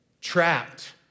trapped